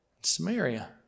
Samaria